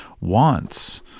wants